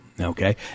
okay